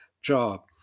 job